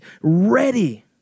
ready